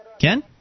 Ken